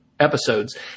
episodes